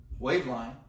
Waveline